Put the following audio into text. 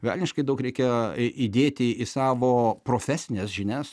velniškai daug reikia įdėti į savo profesines žinias